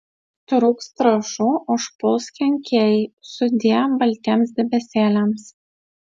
trūks trąšų užpuls kenkėjai sudie baltiems debesėliams